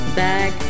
back